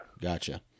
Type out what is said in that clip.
Gotcha